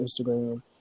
Instagram